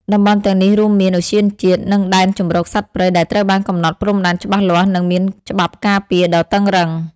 តំបន់ទាំងនេះរួមមាន ឧទ្យានជាតិ និង ដែនជម្រកសត្វព្រៃ ដែលត្រូវបានកំណត់ព្រំដែនច្បាស់លាស់ និងមានច្បាប់ការពារដ៏តឹងរ៉ឹង។